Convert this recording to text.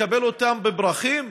לקבל אותם בפרחים?